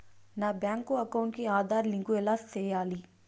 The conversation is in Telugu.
నా బ్యాంకు అకౌంట్ కి ఆధార్ లింకు ఎలా సేయాలి